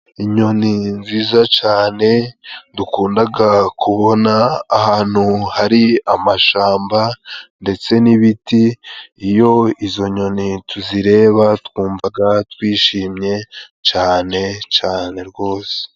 Inyoni nziza cyane dukundaga kubona ahantu hari amashyamba ndetse n'ibiti, iyo izo nyoni tuzireba twumvaga twishimye cane cane rwose.